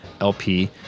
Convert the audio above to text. LP